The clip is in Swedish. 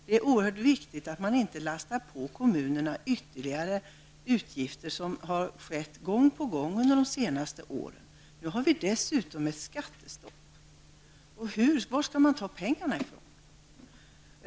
Det är oerhört viktigt att man inte lastar på kommunerna ytterligare utgifter, vilket har skett gång på gång under de senaste åren. Nu har vi dessutom ett skattestopp. Varifrån skall man ta pengarna?